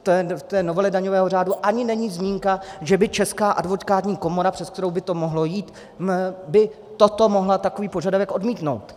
V té novele daňového řádu ani není zmínka, že by Česká advokátní komora, přes kterou by to mohlo jít, by toto mohla, takový požadavek, odmítnout.